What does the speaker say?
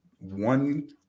one